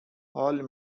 hall